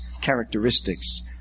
characteristics